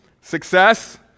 success